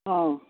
ꯑꯣ